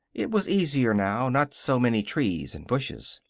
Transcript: it was easier now. not so many trees and bushes.